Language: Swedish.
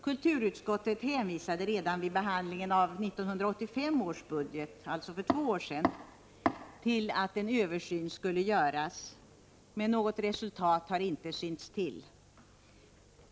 Kulturutskottet hänvisade redan vid behandlingen av 1985 års budget, alltså för två år sedan, till att en översyn skulle göras, men något resultat har inte synts till.